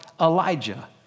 Elijah